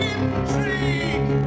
Intrigue